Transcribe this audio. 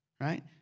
right